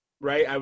Right